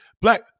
black